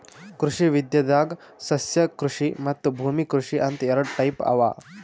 ಕೃಷಿ ವಿದ್ಯೆದಾಗ್ ಸಸ್ಯಕೃಷಿ ಮತ್ತ್ ಭೂಮಿ ಕೃಷಿ ಅಂತ್ ಎರಡ ಟೈಪ್ ಅವಾ